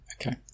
okay